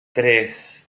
tres